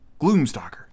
Gloomstalker